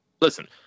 Listen